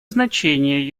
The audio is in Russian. значение